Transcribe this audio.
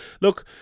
look